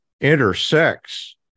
intersects